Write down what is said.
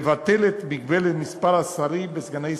לבטל את מגבלת מספר השרים וסגני השרים.